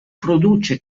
produce